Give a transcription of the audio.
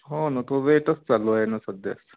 हो ना तो रेटच चालू आहे ना सध्या